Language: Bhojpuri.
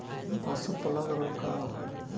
पशु प्लग रोग का होखे?